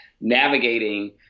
navigating